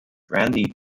randy